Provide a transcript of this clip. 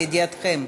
לידיעתכם,